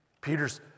Peter's